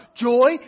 joy